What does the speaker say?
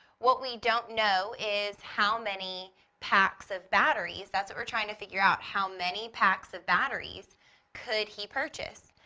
what we don't know is how many packs of batteries. that's what we're trying to figure out. how many packs of batteries could he purchase.